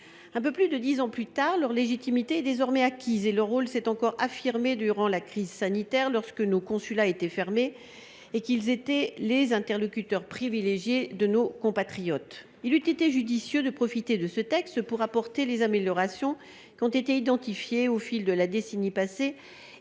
Un peu plus de dix ans plus tard, la légitimité de ces conseillers est désormais acquise, et leur rôle s’est encore affirmé durant la crise sanitaire, lorsque nos consulats étaient fermés et qu’ils étaient les interlocuteurs privilégiés de nos compatriotes. Il eût été judicieux de profiter de ce texte pour apporter les améliorations qui ont été identifiées au fil de la décennie passée